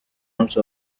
musi